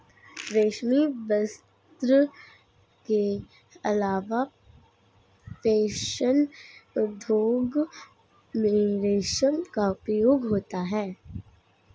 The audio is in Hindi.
रेशमी वस्त्र के अलावा फैशन उद्योग में रेशम का उपयोग होता है